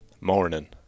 morning